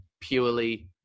purely